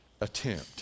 attempt